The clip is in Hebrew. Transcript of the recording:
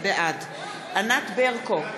בעד ענת ברקו,